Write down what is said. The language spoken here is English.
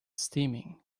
steaming